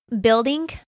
building